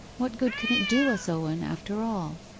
what good can it do us, owen, after all